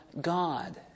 God